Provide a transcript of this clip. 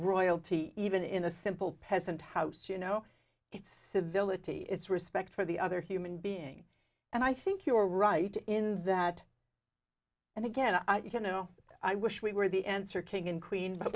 royalty even in a simple peasant house you know it's civility it's respect for the other human being and i think you are right in that and again you know i wish we were the answer king and queen but